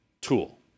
tool